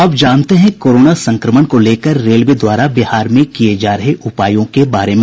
अब जानते हैं कोरोन संक्रमण को लेकर रेलवे द्वारा बिहार में किये जा रहे उपायों के बारे में